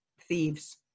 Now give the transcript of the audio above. thieves